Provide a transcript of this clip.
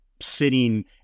sitting